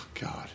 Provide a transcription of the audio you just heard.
God